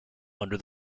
under